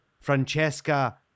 Francesca